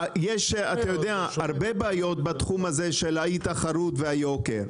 יש אתה יודע הרבה בעיות בתחום הזה של האי תחרות והיוקר,